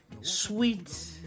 sweet